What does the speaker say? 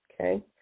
okay